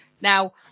Now